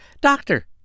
Doctor